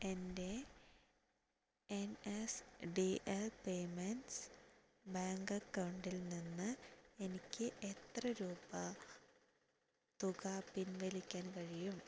എൻ്റെ N S C L payments bank അക്കൗണ്ടിൽ നിന്ന് എനിക്ക് എത്ര തുക പിൻവലിക്കാൻ കഴിയും